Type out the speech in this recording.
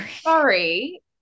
sorry